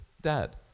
Dad